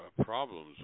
problems